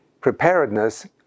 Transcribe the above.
preparedness